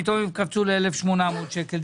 פתאום הם קפצו ל-1,800 שקלים.